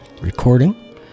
recording